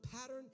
pattern